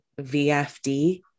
VFD